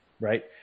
right